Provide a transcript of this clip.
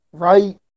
Right